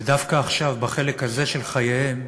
ודווקא עכשיו, בחלק הזה של חייהם,